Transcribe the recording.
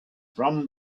from